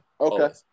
Okay